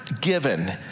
given